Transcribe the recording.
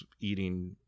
eating